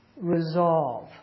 resolve